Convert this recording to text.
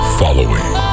following